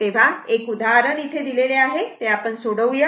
तेव्हा एक उदाहरण दिले आहे ते आपण सोडवूया